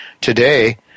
today